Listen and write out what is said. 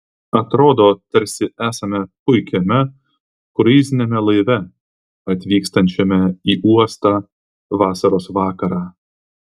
atrodo tarsi esame puikiame kruiziniame laive atvykstančiame į uostą vasaros vakarą